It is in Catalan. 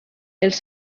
els